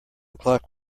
clock